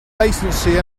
latency